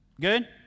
Good